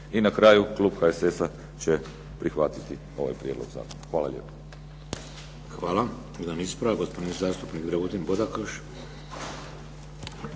I na kraju klub HSS-a će prihvatiti ovaj prijedlog zakona. Hvala lijepa. **Šeks, Vladimir (HDZ)** Hvala.